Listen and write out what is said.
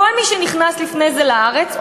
כל מי שנכנס לפני זה לארץ,